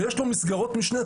שיש לו מסגרות משנה,